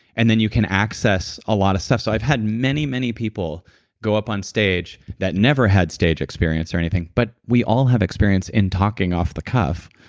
and then you can access a lot of stuff so i've had many, many people go up on stage that never had stage experience or anything, but we all have experience in talking off the cuff,